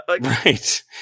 right